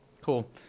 cool